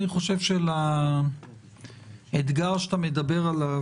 אני חושב שלאתגר שאתה מדבר עליו,